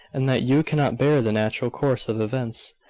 and that you cannot bear the natural course of events.